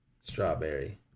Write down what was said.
Strawberry